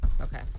Okay